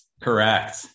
Correct